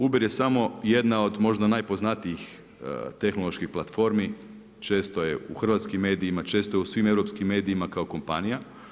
Uber je samo jedna od najpoznatijih tehnoloških platformi, često je u hrvatskim medijima, često je u svim europskim medijima kao kompanija.